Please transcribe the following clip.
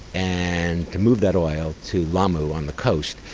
and to move that oil to lamu on the coast,